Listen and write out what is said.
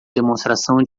demonstração